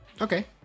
Okay